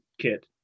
kit